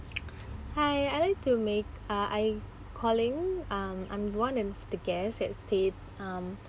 hi I like to make uh I calling um I'm one of the guests that stayed um